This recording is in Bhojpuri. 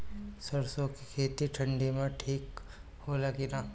सरसो के खेती ठंडी में ठिक होला कि ना?